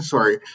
Sorry